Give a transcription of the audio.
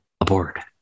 aboard